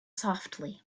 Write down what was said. softly